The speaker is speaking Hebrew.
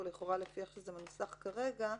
לפי הדרך שבה זה מנוסח כרגע,